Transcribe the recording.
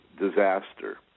disaster